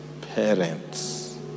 Parents